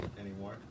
anymore